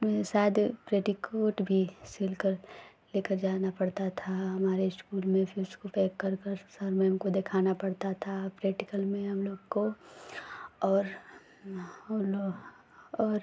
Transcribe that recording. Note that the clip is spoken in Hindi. मैं शायद पेटीकोट भी सिलकर लेकर जाना पड़ता था हमारे स्कूल में फिर इसको पैक कर कर सर मैम को दिखाना पड़ता था प्रैक्टिकल में हमलोग को और और